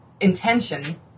intention